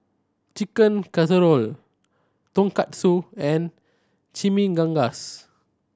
Chicken Casserole Tonkatsu and Chimichangas